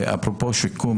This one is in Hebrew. אפרופו שיקום,